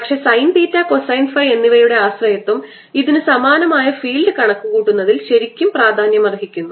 പക്ഷേ sine theta cosine phi എന്നിവയുടെ ആശ്രയത്വം ഇതിനു സമാനമായ ഫീൽഡ് കണക്കുകൂട്ടുന്നതിൽ ശരിക്കും പ്രാധാന്യമർഹിക്കുന്നു